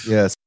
Yes